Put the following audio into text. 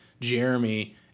Jeremy